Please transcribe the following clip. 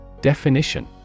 Definition